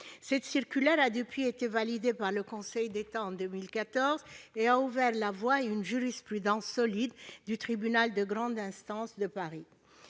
Cette circulaire a, depuis, été validée par le Conseil d'État, en 2014, et a ouvert la voie à une jurisprudence solide du tribunal de grande instance de Paris.